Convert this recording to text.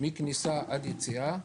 מכניסה עד יציאה,